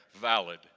valid